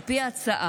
על פי ההצעה